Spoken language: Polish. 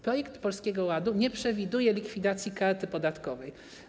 Projekt Polskiego Ładu nie przewiduje likwidacji karty podatkowej.